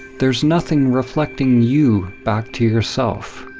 there's nothing reflecting you back to yourself.